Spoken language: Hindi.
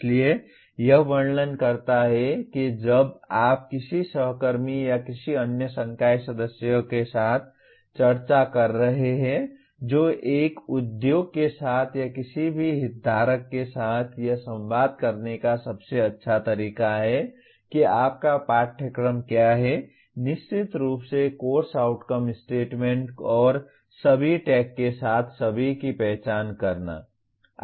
इसलिए यह वर्णन करता है कि जब आप किसी सहकर्मी या किसी अन्य संकाय सदस्य के साथ चर्चा कर रहे हैं जो एक उद्योग के साथ या किसी भी हितधारक के साथ यह संवाद करने का सबसे अच्छा तरीका है कि आपका पाठ्यक्रम क्या है निश्चित रूप से कोर्स आउटकम स्टेटमेंट और सभी टैग के साथ सभी की पहचान करना